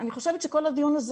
אני חושבת שכל הדיון הזה